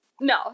No